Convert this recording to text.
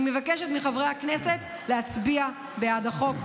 אני מבקשת מחברי הכנסת להצביע בעד החוק.